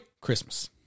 christmas